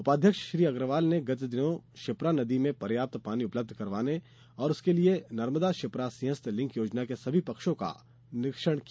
उपाध्यक्ष श्री अग्रवाल ने गत दिनों क्षिप्रा नदी में पर्याप्त पानी उपलब्ध करवाने के लिए नर्मदा क्षिप्रा सिंहस्थ लिंक योजना के सभी पक्षों का स्थल निरीक्षण किया